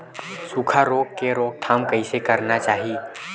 सुखा रोग के रोकथाम कइसे करना चाही?